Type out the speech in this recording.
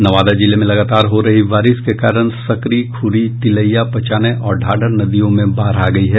नवादा जिले में लगातार हो रही बारिश के कारण सकरी खुरी तिलैया पंचाने और ढ़ाढर नदियों में बाढ़ आ गई है